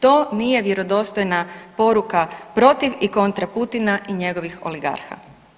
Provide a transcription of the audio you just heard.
To nije vjerodostojna poruka protiv i kontra Putina i njegovih oligarha.